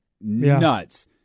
nuts